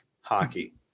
hockey